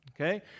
Okay